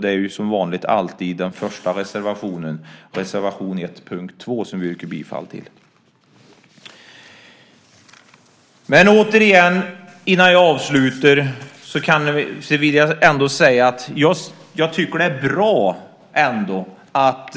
Det är alltid den första reservationen, och vi yrkar alltså bifall till reservation 1 under punkt 2. Innan jag avslutar vill jag säga att jag tycker att det är bra att